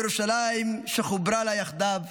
ירושלים שחוברה לה יחדיו,